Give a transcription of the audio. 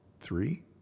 three